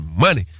money